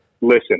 Listen